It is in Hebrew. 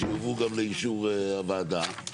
שיועברו גם לאישור הוועדה.